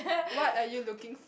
what are you looking